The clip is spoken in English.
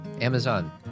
Amazon